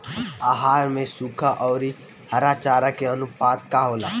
आहार में सुखा औरी हरा चारा के आनुपात का होला?